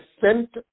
sent